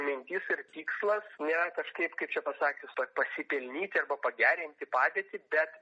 mintis ir tikslas ne kažkaip kaip čia pasakius pasipelnyti arba pagerinti padėtį bet